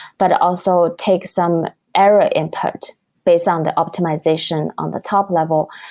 but also take some error input based on the optimization on the top level,